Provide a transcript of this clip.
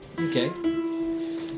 Okay